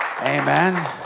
Amen